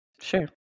sure